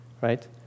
Right